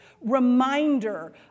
reminder